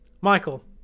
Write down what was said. Michael